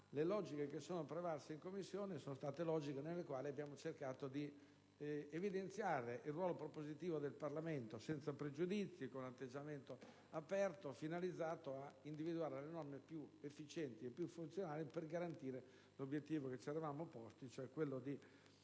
attenzione questo *iter* in Commissione. Sono prevalse logiche per cui abbiamo cercato di evidenziare il ruolo propositivo del Parlamento, senza pregiudizi, con atteggiamento aperto, finalizzato a individuare le norme più efficienti e funzionali a raggiungere l'obiettivo che ci eravamo posti, cioè quello di